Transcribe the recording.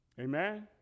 Amen